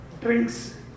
drinks